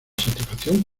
satisfacción